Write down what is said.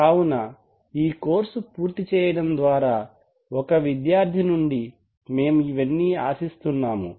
కావున ఈ కోర్సు పూర్తి చేయడం ద్వారా ఒక విద్యార్థి నుండి మేము ఇవన్నీ ఆశిస్తున్నాము